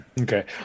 Okay